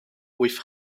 with